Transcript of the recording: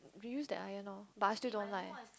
you use that iron lor but I still don't like